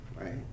right